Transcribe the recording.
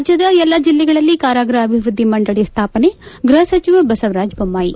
ರಾಜ್ಯದ ಎಲ್ಲಾ ಜಿಲ್ಲೆಗಳಲ್ಲಿ ಕಾರಾಗೃಹ ಅಭಿವೃದ್ದಿ ಮಂಡಳಿ ಸ್ಮಾಪನೆ ಗೃಹ ಸಚಿವ ಬಸವರಾಜ ಬೊಮ್ಜಾಯಿ